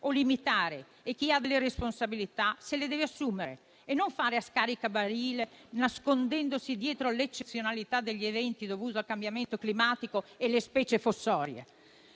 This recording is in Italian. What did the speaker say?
o limitare e chi ha delle responsabilità se le deve assumere e non fare a scaricabarile, nascondendosi dietro l'eccezionalità degli eventi dovuti al cambiamento climatico e alle specie fossorie.